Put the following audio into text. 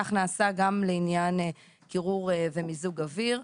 כך נעשה גם לעניין קירור ומיזוג אוויר.